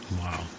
Wow